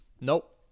Nope